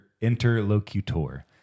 interlocutor